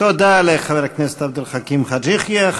תודה לחבר הכנסת עבד אל חכים חאג' יחיא.